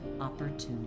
opportunity